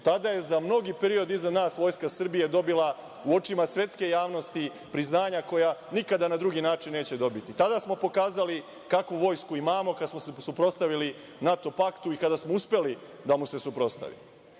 Tada je za mnogi period iza nas Vojska Srbije dobila u očima svetske javnosti priznanja koja nikada na drugi način neće dobiti. Tada smo pokazali kakvu vojsku imamo, kada smo se suprotstavili NATO paktu i kada smo uspeli da mu se suprotstavimo. Sa